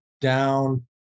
down